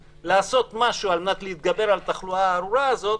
לעשות משהו על מנת להתגבר על התחלואה הארורה הזאת,